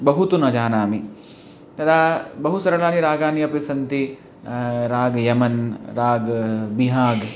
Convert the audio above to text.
बहु तु न जानामि तदा बहु सरलाः रागाः अपि सन्ति रागं यमन् राग् बिहाग्